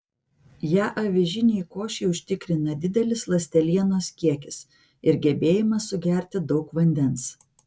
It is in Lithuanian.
ją avižinei košei užtikrina didelis ląstelienos kiekis ir gebėjimas sugerti daug vandens